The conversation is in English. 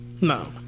No